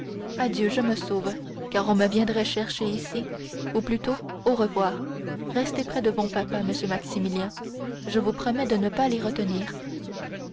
adieu je me sauve car on me viendrait chercher ici ou plutôt au revoir restez près de bon papa monsieur maximilien je vous promets de ne pas les retenir